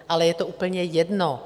Ale je to úplně jedno.